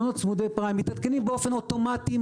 שמתעדכנים באופן אוטומטי,